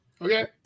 Okay